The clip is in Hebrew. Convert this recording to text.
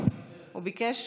הוא ביקש,